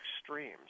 extremes